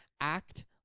act